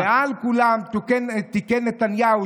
" ומעל כולם תיקי נתניהו,